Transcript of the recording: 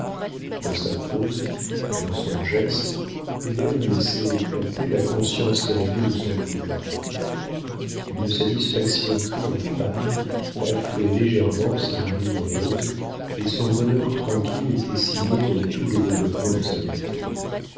dans sa pose dans son geste hélène laissait éclater la conscience qu'elle avait de son pouvoir une satisfaction triomphale enflait légèrement ses narines roses et son bonheur tranquille était signé dans tous les développements de sa beauté